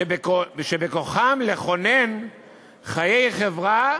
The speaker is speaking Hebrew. שבכוחם לכונן חיי חברה